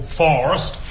forest